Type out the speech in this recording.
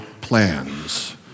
plans